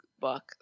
book